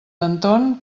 anton